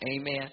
Amen